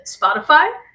Spotify